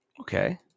Okay